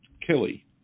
killy